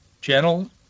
Channel